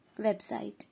website